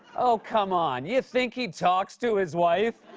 oh, come on. you think he talks to his wife?